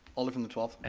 alder from the twelfth.